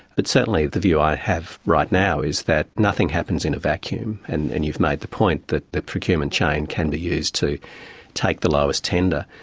but certainly the view i have right now is that nothing happens in a vacuum, and and you've made the point that the procurement chain can be used to take the lowest tender.